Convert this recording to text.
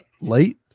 late